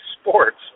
sports